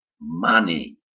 Money